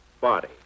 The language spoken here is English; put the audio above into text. body